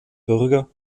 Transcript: bürger